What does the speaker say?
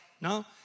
No